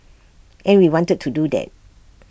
and we wanted to do that